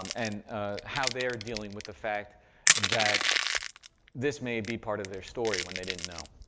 um and ah how they are dealing with the fact that this may be part of their story when they didn't know.